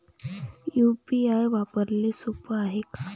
UPI वापराले सोप हाय का?